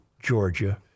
Georgia